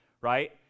right